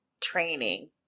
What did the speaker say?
training